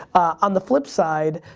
on the flip side